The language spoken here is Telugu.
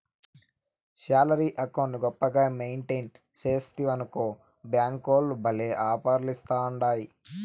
శాలరీ అకౌంటు గొప్పగా మెయింటెయిన్ సేస్తివనుకో బ్యేంకోల్లు భల్లే ఆపర్లిస్తాండాయి